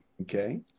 Okay